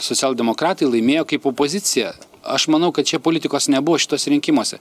socialdemokratai laimėjo kaip opozicija aš manau kad čia politikos nebuvo šituose rinkimuose